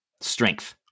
Strength